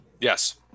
Yes